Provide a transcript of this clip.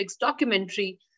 documentary